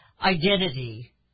identity